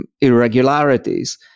irregularities